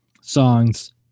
songs